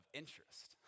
interest